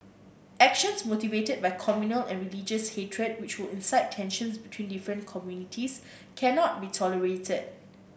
actions motivated by communal and religious hatred which will incite tensions between different communities cannot be tolerated